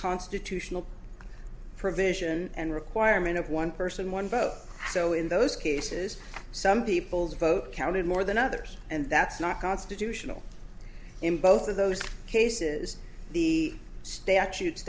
constitutional provision and requirement of one person one vote so in those cases some people's vote counted more than others and that's not constitutional in both of those cases the statutes